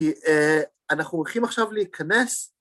‫כי אנחנו הולכים עכשיו להיכנס...